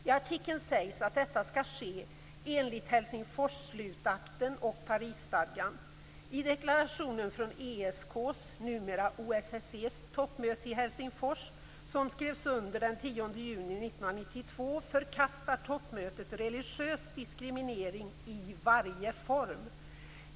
I artikeln sägs att detta skall ske enligt 1992, förkastar toppmötet religiös diskriminering i varje form.